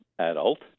adult